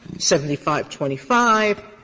seventy five twenty five,